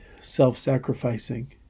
self-sacrificing